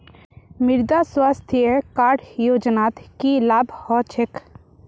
मृदा स्वास्थ्य कार्ड योजनात की लाभ ह छेक